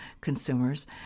consumers